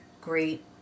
great